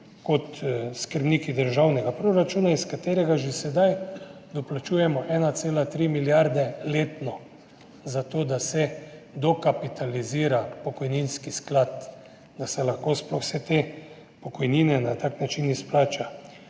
kot skrbniki državnega proračuna, iz katerega že sedaj doplačujemo 1,3 milijarde letno, zato da se dokapitalizira pokojninski sklad, da se lahko sploh vse te pokojnine na tak način izplača.